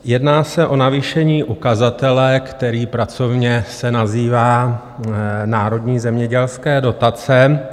Jedná se o navýšení ukazatele, který se pracovně nazývá národní zemědělské dotace.